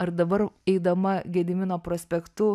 ar dabar eidama gedimino prospektu